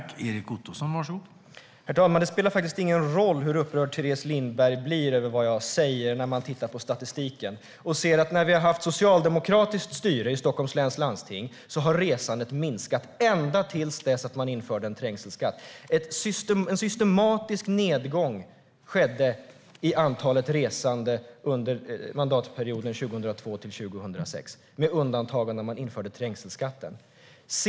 Herr talman! Det spelar faktiskt ingen roll hur upprörd Teres Lindberg blir över det som jag säger. När man tittar på statistiken ser man nämligen att när vi har haft socialdemokratiskt styre i Stockholms läns landsting har resandet minskat ända tills en trängselskatt infördes. En systematisk nedgång skedde i antalet resande under mandatperioden 2002-2006, med undantag av när trängselskatten infördes.